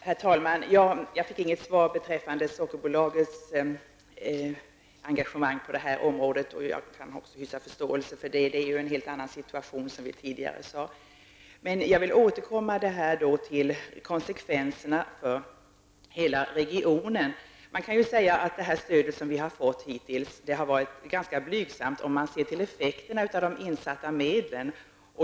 Herr talman! Jag fick inget svar beträffande Sockerbolagets engagemang på det här området. Jag har en viss förståelse för det. Det är en helt annan situation, som vi tidigare sade. Jag vill dock återkomma till konsekvenserna för hela regionen. Det stöd vi har fått hittills har varit ganska blygsamt om man ser till effekterna av de insatta medlen.